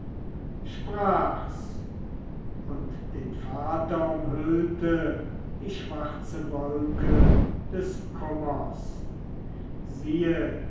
sprach's und den vater umhüllte die schwarze wolke des kummers siehe